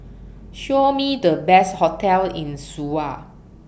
Show Me The Best hotels in Suva